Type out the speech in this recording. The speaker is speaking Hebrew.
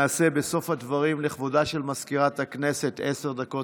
נעשה בסוף הדברים לכבודה של מזכירת הכנסת עשר דקות